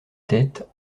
tête